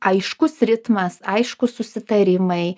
aiškus ritmas aiškūs susitarimai